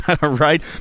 right